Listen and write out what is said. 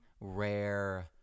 rare